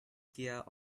gear